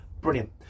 Brilliant